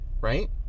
right